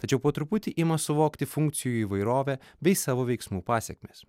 tačiau po truputį ima suvokti funkcijų įvairovę bei savo veiksmų pasekmes